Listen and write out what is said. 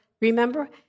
Remember